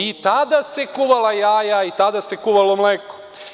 I tada su se kuvala jaja, i tada se kuvalo mleko.